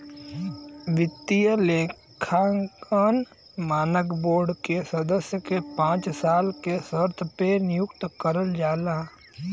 वित्तीय लेखांकन मानक बोर्ड के सदस्य के पांच साल के शर्त पे नियुक्त करल जाला